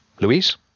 Louise